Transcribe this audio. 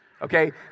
Okay